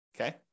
Okay